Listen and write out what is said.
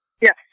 Yes